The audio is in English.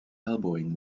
elbowing